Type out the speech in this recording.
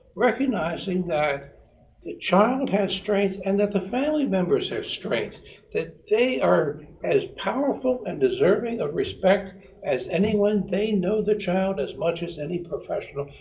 recognizing that the child has strength and the family members have strength that they are as powerful and deserving of respect as anyone, they know the child as much as any professional,